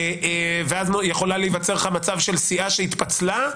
אז יכול להיווצר מצב של סיעה שהתפצלה,